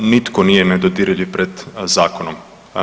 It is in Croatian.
Nitko nije nedodirljiv pred zakonom.